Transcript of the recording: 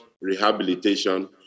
rehabilitation